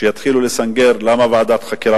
כמו שאנחנו מצפים מעצמנו, לא היה צריך ועדת חקירה